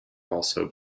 also